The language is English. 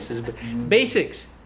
Basics